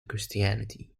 christianity